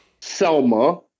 Selma